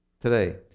today